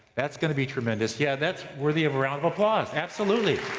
that's gonna be tremendous. yeah, that's worthy of a round of applause, absolutely!